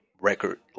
record